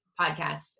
podcast